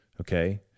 Okay